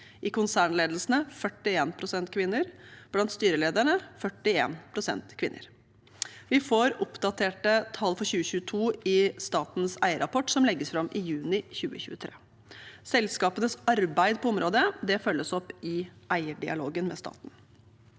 i konsernledelsen 41 pst og blant styrelederne 41 pst. Vi får oppdaterte tall for 2022 i statens eierrapport, som legges fram i juni 2023. Selskapenes arbeid på området følges opp i eierdialogen med staten.